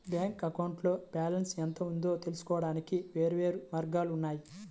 bank అకౌంట్లో balance ఎంత ఉందో తెలుసుకోవడానికి వేర్వేరు మార్గాలు ఉన్నాయి